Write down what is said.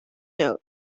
note